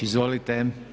Izvolite.